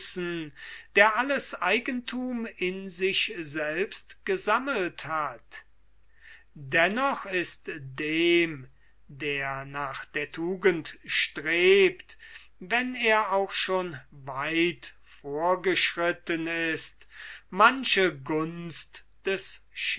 der alles eigenthum in sich selbst gesammelt hat dennoch ist dem der nach der tugend strebt wenn er auch schon weit vorgeschritten ist manche gunst des